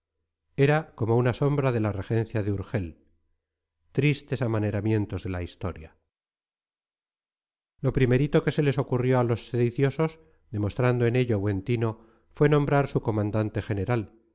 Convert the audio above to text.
era como una sombra de la regencia de urgell tristes amaneramientos de la historia lo primerito que se les ocurrió a los sediciosos demostrando en ello buen tino fue nombrar su comandante general